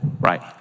Right